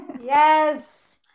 Yes